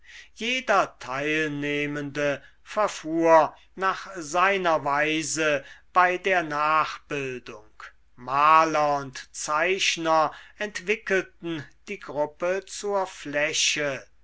jeder teilnehmende verfuhr nach seiner weise bei der nachbildung maler und zeichner entwickelten die gruppe zur fläche